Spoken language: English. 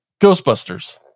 Ghostbusters